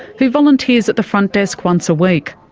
who volunteers at the front desk once a week.